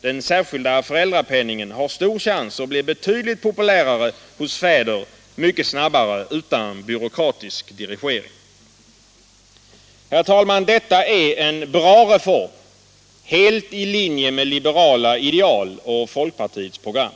Den särskilda föräldrapenningen har stor chans att bli betydligt populärare hos fäder mycket snabbare utan byråkratisk dirigering. Herr talman! Detta är en bra reform, helt i linje med liberala ideal och folkpartiets program.